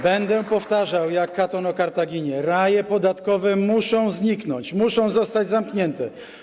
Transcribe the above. Będę powtarzał jak Katon o Kartaginie: raje podatkowe muszą zniknąć, muszą zostać zamknięte.